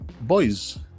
boys